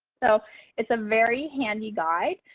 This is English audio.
so it's a very handy guide,